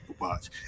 Watch